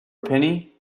penny